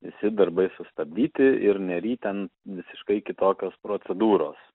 visi darbai sustabdyti ir nery ten visiškai kitokios procedūros